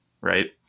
right